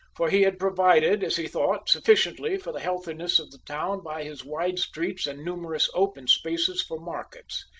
for he had provided, as he thought, sufficiently for the healthiness of the town by his wide streets and numerous open spaces for markets.